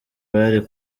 bari